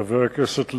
חבר הכנסת לוין,